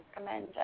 recommend